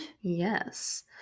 Yes